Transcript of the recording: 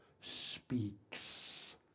speaks